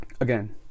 Again